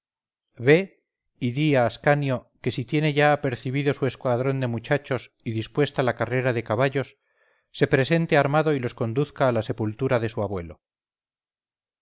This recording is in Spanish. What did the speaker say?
ve y di a ascanio que si tiene ya apercibido su escuadrón de muchachos y dispuesta la carrera de caballos se presente armado y los conduzca a la sepultura de su abuelo